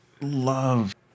love